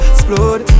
Explode